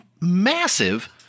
massive